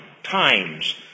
times